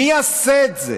מי יעשה את זה?